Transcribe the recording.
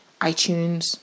iTunes